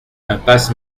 impasse